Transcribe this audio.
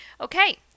okay